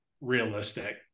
realistic